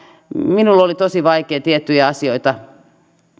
minulla oli tosi vaikeaa tiettyjä asioita